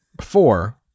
four